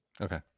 Okay